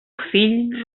fill